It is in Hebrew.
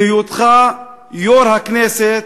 בהיותך יושב-ראש הכנסת,